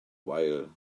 while